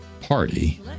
party